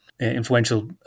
influential